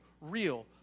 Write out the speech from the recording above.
real